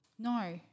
No